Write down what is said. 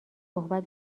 صحبت